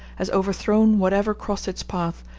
has overthrown whatever crossed its path,